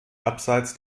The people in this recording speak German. abseits